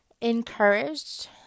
encouraged